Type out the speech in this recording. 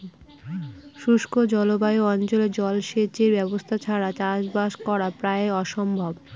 শুষ্ক জলবায়ু অঞ্চলে জলসেচের ব্যবস্থা ছাড়া চাষবাস করা প্রায় অসম্ভব